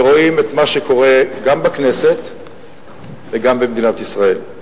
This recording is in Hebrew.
ורואים את מה שקורה גם בכנסת וגם במדינת ישראל.